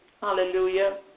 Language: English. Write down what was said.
hallelujah